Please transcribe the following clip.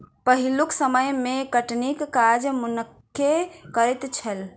पहिलुक समय मे कटनीक काज मनुक्खे करैत छलै